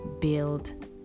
build